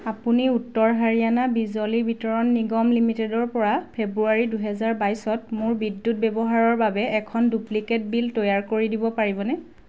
আপুনি উত্তৰ হাৰিয়ানা বিজলী বিতৰণ নিগম লিমিটেডৰপৰা ফেব্ৰুৱাৰী দুহেজাৰ বাইছত মোৰ বিদ্যুৎ ব্যৱহাৰৰ বাবে এখন ডুপ্লিকেট বিল তৈয়াৰ কৰি দিব পাৰিবনে